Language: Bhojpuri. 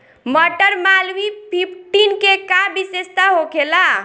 मटर मालवीय फिफ्टीन के का विशेषता होखेला?